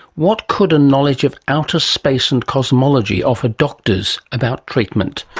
what could a knowledge of outer space and cosmology offer doctors about treatment?